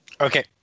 Okay